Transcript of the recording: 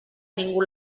ningú